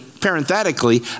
parenthetically